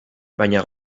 baina